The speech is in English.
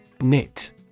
Knit